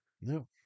No